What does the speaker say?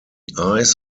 eyes